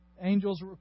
angels